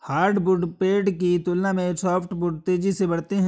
hardwood पेड़ की तुलना में सॉफ्टवुड तेजी से बढ़ते हैं